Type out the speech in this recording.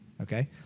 Okay